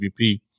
MVP